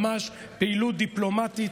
ממש פעילות דיפלומטית,